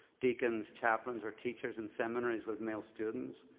deacons, chaplains, or teachers in seminaries with male students.